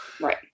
Right